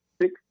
six